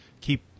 keep